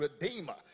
Redeemer